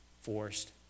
forced